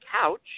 couch